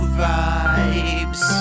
vibes